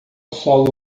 solo